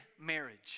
Marriage